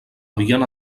havien